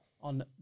on